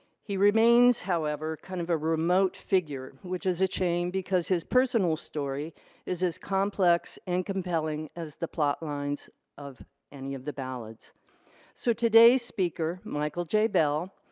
he remains however kind of a remote figure which is a chain because his personal story is as complex and compelling as the plotlines of any of the ballads so today's speaker, michael j. bell,